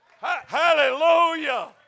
Hallelujah